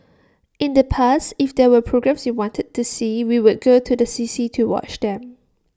in the past if there were programmes we wanted to see we would go to the C C to watch them